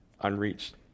unreached